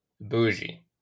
Bougie